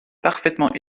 parfaitement